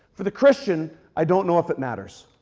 for the christian, i don't know if it matters.